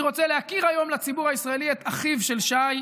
אני רוצה להכיר היום לציבור הישראלי את אחיו של שי,